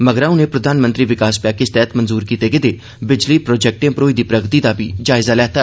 मगरा उनें प्रधानमंत्री विकास पैकेज तैहत मंजूर कीते गेदे बिजली प्रोजैक्टे उप्पर होई दी प्रगति दा बी जायजा लेया